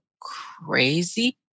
crazy